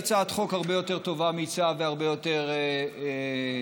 הצעת חוק הרבה יותר טובה מצו והרבה יותר תקפה,